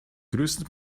größten